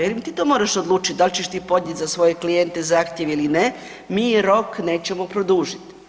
Ja velim ti to moraš odlučiti dal ćeš ti podnijeti za svoje klijente zahtjev ili ne, mi rok nećemo produžit.